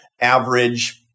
average